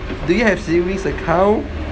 do you have savings account